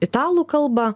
italų kalbą